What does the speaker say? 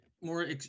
more